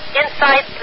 inside